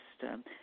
system